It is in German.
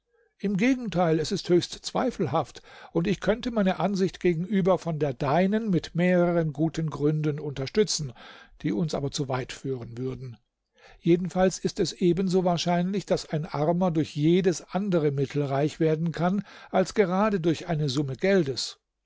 im gegenteil ist es höchst zweifelhaft und ich könnte meine ansicht gegenüber von der deinen mit mehreren guten gründen unterstützen die uns aber zu weit führen würden jedenfalls ist es ebenso wahrscheinlich daß ein armer durch jedes andere mittel reich werden kann als gerade durch eine summe geldes